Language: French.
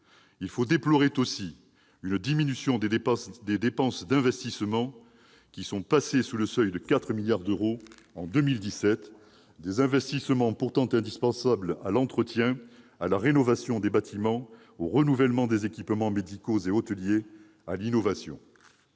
également déplorer une diminution des dépenses d'investissement, qui sont passées sous le seuil de 4 milliards d'euros en 2017. Les investissements sont pourtant indispensables à l'entretien, à la rénovation des bâtiments, au renouvellement des équipements médicaux et hôteliers ou encore à l'innovation.